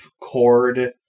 cord